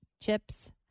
chips